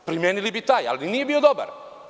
Primenili bi taj, ali nije bio dobar.